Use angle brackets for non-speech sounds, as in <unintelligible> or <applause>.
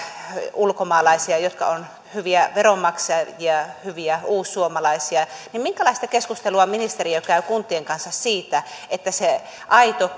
ulkomaalaisia jotka ovat hyviä veronmaksajia ja hyviä uussuomalaisia minkälaista keskustelua ministeriö käy kuntien kanssa siitä että se aito <unintelligible>